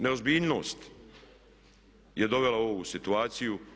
Neozbiljnost je dovela u ovu situaciju.